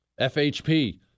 FHP